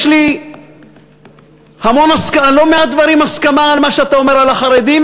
יש לי בלא מעט דברים הסכמה על מה שאתה אומר על החרדים,